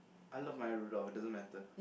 I love my Rudolf doesn't matter